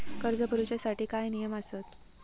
कर्ज भरूच्या साठी काय नियम आसत?